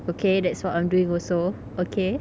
okay that's what I'm doing also okay